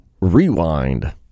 Rewind